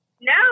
No